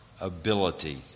ability